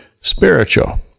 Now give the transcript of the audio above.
spiritual